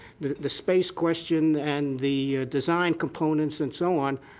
the space question and the design components and so on,